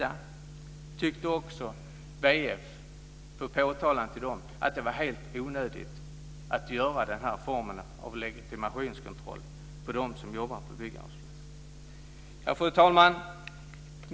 BF tyckte, efter påtalan, att det var helt onödigt att göra den här formen av legitimationskontroll på dem som jobbar på byggarbetsplatserna. Fru talman!